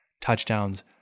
touchdowns